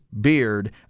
Beard